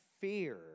fear